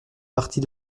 partie